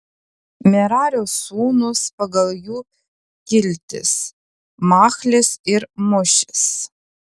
merario sūnūs pagal jų kiltis machlis ir mušis